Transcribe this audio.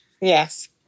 yes